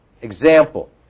Example